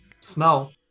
smell